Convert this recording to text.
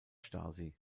stasi